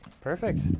Perfect